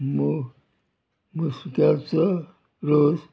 मु मुसत्याचो रोस